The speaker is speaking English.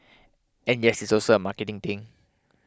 and yes it's also a marketing thing